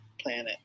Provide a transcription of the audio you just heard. planet